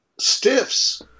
stiffs